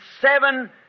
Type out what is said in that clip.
seven